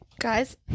guys